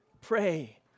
pray